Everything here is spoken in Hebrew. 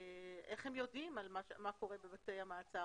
איך הם יודעים מה קורה בבתי המעצר?